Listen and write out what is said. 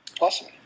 Awesome